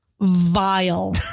vile